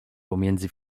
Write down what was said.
pomiędzy